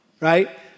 right